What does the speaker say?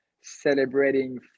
celebrating